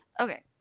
Okay